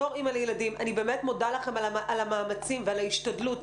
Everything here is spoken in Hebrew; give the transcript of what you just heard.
בתור אימא לילדים אני באמת מודה לכם על המאמצים ועל ההשתדלות,